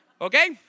okay